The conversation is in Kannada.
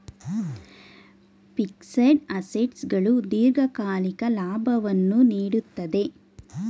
ಫಿಕ್ಸಡ್ ಅಸೆಟ್ಸ್ ಗಳು ದೀರ್ಘಕಾಲಿಕ ಲಾಭವನ್ನು ನೀಡುತ್ತದೆ